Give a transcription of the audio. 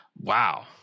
wow